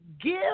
give